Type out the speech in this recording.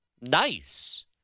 nice